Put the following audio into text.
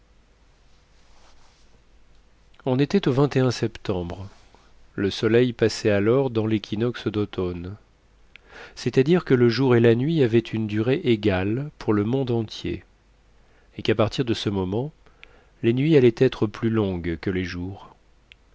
on était au septembre le soleil passait alors dans l'équinoxe d'automne c'est-à-dire que le jour et la nuit avaient une durée égale pour le monde entier et qu'à partir de ce moment les nuits allaient être plus longues que les jours